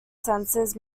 sensors